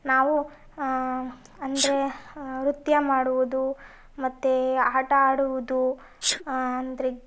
ನಾವು ಅಂದರೆ ನೃತ್ಯ ಮಾಡುವುದು ಮತ್ತೆ ಆಟ ಆಡುವುದು ಅಂದರೆ